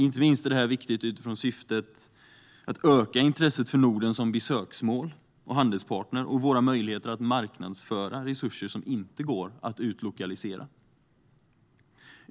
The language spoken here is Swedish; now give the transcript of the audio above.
Inte minst är det viktigt utifrån syftet att öka intresset för Norden som besöksmål och handelspartner och våra möjligheter att marknadsföra resurser som inte går att utlokalisera.